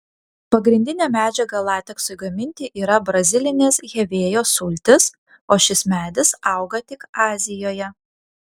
pagrindinė medžiaga lateksui gaminti yra brazilinės hevėjos sultys o šis medis auga tik azijoje